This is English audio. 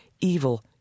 evil